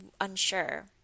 unsure